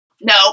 no